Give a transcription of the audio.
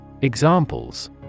Examples